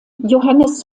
johannes